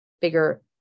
bigger